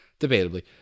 debatably